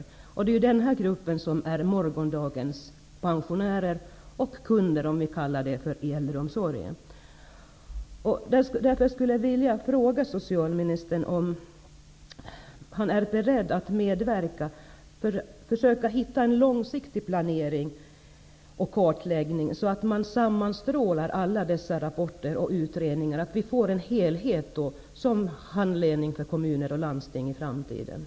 Det är den här gruppen som är morgondagens pensionärer och kunder, om vi kan kalla dem så, inom äldreomsorgen. Därför skulle jag vilja fråga socialministern om han är beredd att medverka till en långsiktig planering och kartläggning, där man sammanstrålar alla dessa rapporter och utredningar, så att vi får en helhet som handledning för kommuner och landsting i framtiden.